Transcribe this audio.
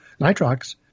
nitrox